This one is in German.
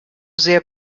sehr